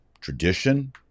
tradition